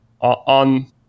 on